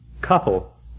Couple